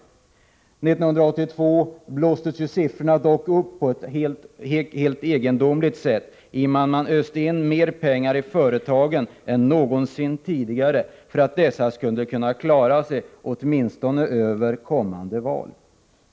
1982 blåstes dock siffrorna upp på ett egendomligt sätt, och man öste in mer pengar i företagen än någonsin tidigare för att företagen skulle kunna klara sig åtminstone över kommande val.